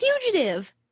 fugitive